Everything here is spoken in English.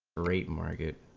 great market